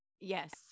Yes